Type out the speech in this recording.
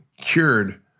cured